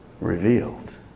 revealed